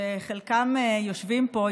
שחלקם יושבים פה,